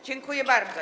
Dziękuję bardzo.